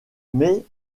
mais